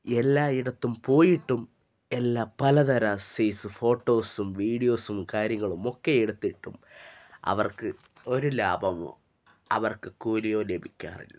എല്ലായിടത്തും പോയിട്ടും എല്ലാ പല തരം സൈസ് ഫോട്ടോസും വീഡിയോസും കാര്യങ്ങളുമൊക്കെ എടുത്തിട്ടും അവർക്ക് ഒരു ലാഭമോ അവർക്ക് കൂലിയോ ലഭിക്കാറില്ല